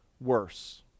worse